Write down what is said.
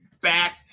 back